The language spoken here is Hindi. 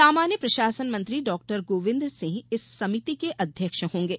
सामान्य प्रशासन मंत्री डॉक्टर गोविंद सिंह इस समिति के अध्यक्ष होंगे